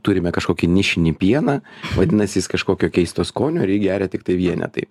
turime kažkokį nišinį pieną vadinasi jis kažkokio keisto skonio ir jį geria tiktai vienetai